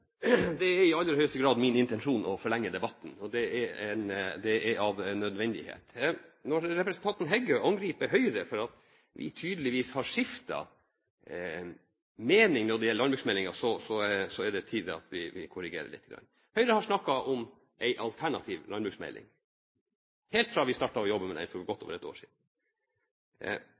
Det er i aller høyeste grad min intensjon å forlenge debatten, og det er av nødvendighet. Når representanten Heggø angriper Høyre for at vi tydeligvis har skiftet mening når det gjelder landbruksmeldingen, så er det på tide at vi korrigerer litt. Høyre har snakket om en alternativ landbruksmelding helt siden vi startet å jobbe med den for godt over et år siden